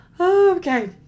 Okay